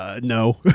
No